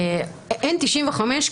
N95,